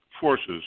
forces